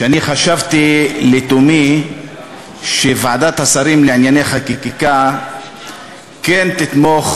ואני חשבתי לתומי שוועדת השרים לענייני חקיקה כן תתמוך